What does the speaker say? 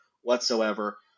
whatsoever